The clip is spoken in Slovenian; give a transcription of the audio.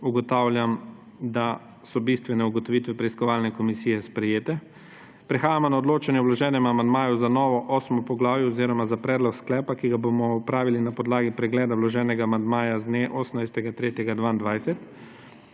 Ugotavljam, da so bistvene ugotovitve preiskovalne komisije sprejete. Prehajamo na odločanje o vloženem amandmaju za novo 8. poglavje oziroma za predlog sklepa, ki ga bomo opravili na podlagi pregleda vloženega amandmaja z dne 18. 3. 2022.